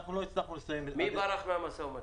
מי ברח מהמשא-ומתן?